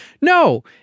No